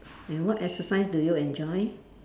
and what exercise do you enjoy